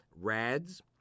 RADS